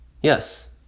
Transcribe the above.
Yes